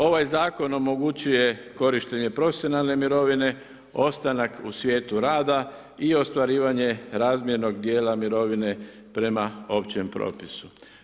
Ovaj zakon omogućuje korištenje profesionalne mirovine, ostanak u svijetu rada i ostvarivanje razmjernog dijela mirovine prema općem propisu.